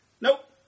Nope